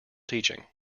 teaching